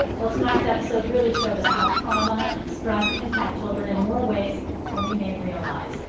well tonight's episode really showed us how trauma and stress impact children in more ways than we may realize.